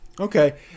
Okay